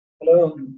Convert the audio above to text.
Hello